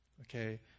Okay